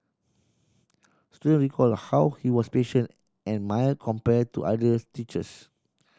student recalled how he was patient and mild compared to others teachers